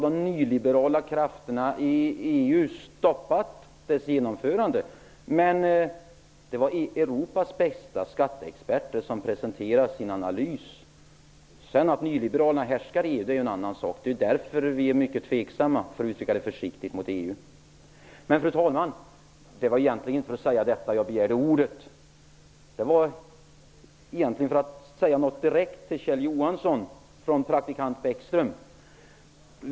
De nyliberala krafterna i EU har naturligtvis stoppat genomförandet av detta. Men det var Europas bästa skatteexperter som presenterade sin analys. Att sedan nyliberalerna härskar i EU är en annan sak. Det är därför vi är mycket tveksamma inför EU, för att uttrycka det försiktigt. Fru talman! Jag begärde inte ordet för att säga detta. Det var egentligen för att säga något direkt till Kjell Johansson från praktikant Bäckström.